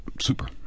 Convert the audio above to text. super